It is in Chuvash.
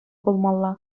пулмалла